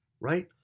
right